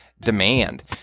demand